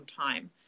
time